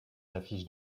affiches